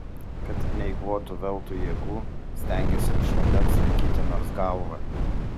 kad neeikvotų veltui jėgų stengėsi virš vandens laikyti nors galvą